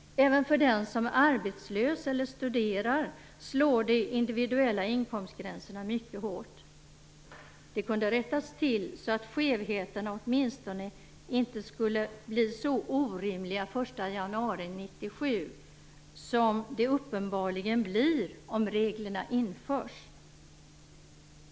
Även för den som är arbetslös eller studerar slår de individuella inkomstgränserna mycket hårt. Detta kunde rättas till, så att skevheterna åtminstone inte skulle bli så orimliga den 1 januari 1997 som de uppenbarligen blir om reglerna införs.